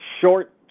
short